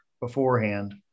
beforehand